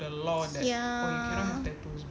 ya